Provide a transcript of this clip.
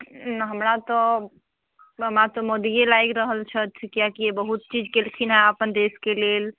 ओहिमे हमरा तऽ हमरा तऽ मोदिए लागि रहल छथि किएकि बहुत चीज कयलखिन्ह अपन देशके लेल